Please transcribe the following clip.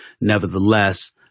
Nevertheless